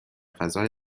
فضای